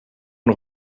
nog